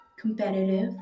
competitive